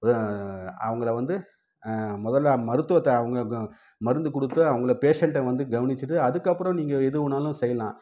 அவங்கள வந்து முதலில் மருத்துவத்தை அவங்க ப மருந்துக் கொடுத்து அவங்கள பேஷண்ட்டை வந்து கவனித்துட்டு அதுக்கப்புறம் நீங்கள் எது வேணாலும் செய்யலாம்